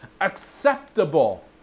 acceptable